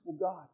God